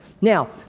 Now